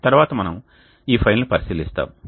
తరువాత మనము ఈ ఫైల్ను పరిశీలిస్తాము